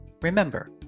remember